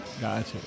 Gotcha